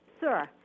Sir